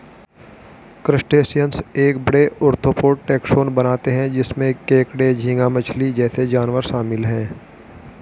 crustaceans एक बड़े, arthropod taxon बनाते हैं जिसमें केकड़े, झींगा मछली जैसे जानवर शामिल हैं